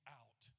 out